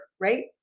right